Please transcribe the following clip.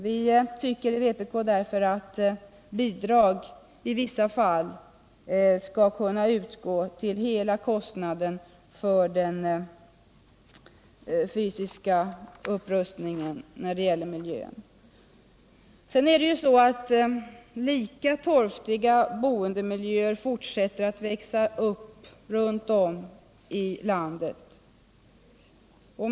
Vi inom vpk anser därför att bidrag i vissa fall bör kunna utgå till hela kostnaden för den fysiska miljöupprustningen. Lika torftiga boendemiljöer fortsätter att växa upp runtom i landet.